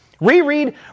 Reread